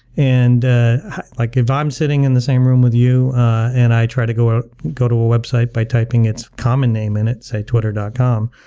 and like if i'm sitting in the same room with you and i try to go ah go to a website by typing its common name in it, say, twitter dot com,